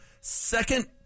second